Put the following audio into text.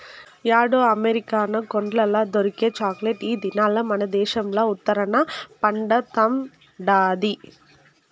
యాడో అమెరికా కొండల్ల దొరికే చాక్లెట్ ఈ దినాల్ల మనదేశంల ఉత్తరాన పండతండాది